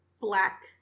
black